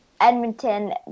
Edmonton